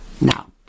Now